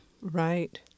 Right